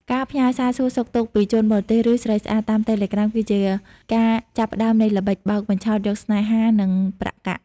ការផ្ញើសារសួរសុខទុក្ខពី "ជនបរទេស" ឬ "ស្រីស្អាត" តាម Telegram គឺជាការចាប់ផ្តើមនៃល្បិចបោកបញ្ឆោតយកស្នេហា និងប្រាក់កាក់។